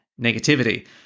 negativity